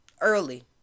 early